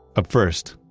up first,